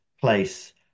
place